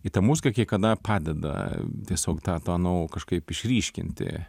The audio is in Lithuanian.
i ta muzika kai kada padeda tiesiog tą tą nu kažkaip išryškinti